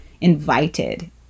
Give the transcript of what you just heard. invited